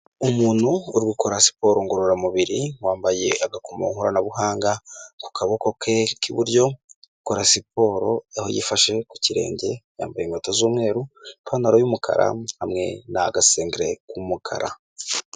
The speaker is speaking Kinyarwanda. Umuntu uri gukora siporo ngororamubiri, wambaye agakomo nkoranabuhanga ku kaboko ke k'iburyo, ukora siporo, aho yifashe ku kirenge, yambaye inkweto z'umweru, ipantaro y'umukara hamwe na agasengere k'umukara.